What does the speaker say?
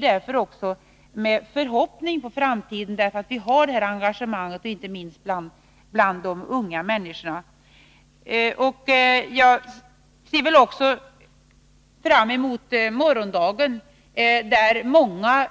Därför ser jag med förhoppning på framtiden, eftersom vi har det engagemanget, inte minst bland unga människor. Jag ser också fram mot morgondagen, då många